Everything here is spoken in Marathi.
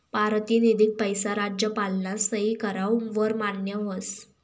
पारतिनिधिक पैसा राज्यपालना सही कराव वर मान्य व्हस